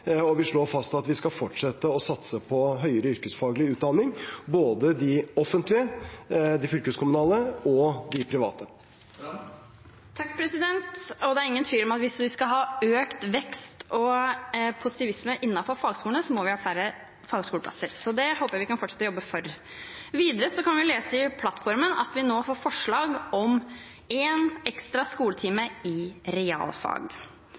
og vi slår fast at vi skal fortsette å satse på høyere yrkesfaglig utdanning, både de offentlige – de fylkeskommunale – og de private. Det er ingen tvil om at hvis vi skal ha økt vekst og positivisme innenfor fagskolene, må vi ha flere fagskoleplasser, så det håper jeg vi kan fortsette å jobbe for. Videre kan vi lese i plattformen at vi nå får forslag om en ekstra skoletime i realfag.